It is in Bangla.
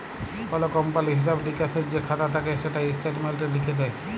কল কমপালির হিঁসাব লিকাসের যে খাতা থ্যাকে সেটা ইস্ট্যাটমেল্টে লিখ্যে দেয়